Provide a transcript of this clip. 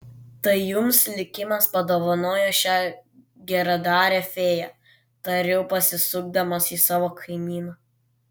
tai jums likimas padovanojo šią geradarę fėją tariau pasisukdamas į savo kaimyną